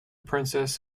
princess